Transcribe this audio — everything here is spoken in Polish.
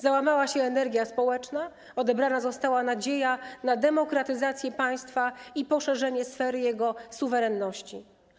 Załamała się energia społeczna, odebrana została nadzieja na demokratyzację państwa i poszerzenie sfery jego suwerenności.